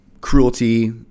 cruelty